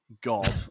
god